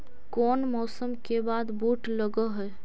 कोन मौसम के बाद बुट लग है?